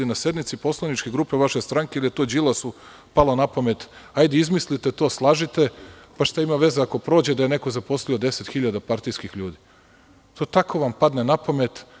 Na sednicama poslaničke grupe vaše stranke, ili je to Đilasu palo na pamet – hajde izmislite to, slažite, pa šta ima veze, ako prođe da je neko zaposlio 10.000 partijskih ljudi, ito vam tako padne na pamet.